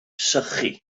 sychu